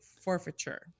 forfeiture